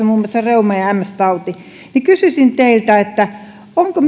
muun muassa reuma ja ms tauti niin kysyisin teiltä onko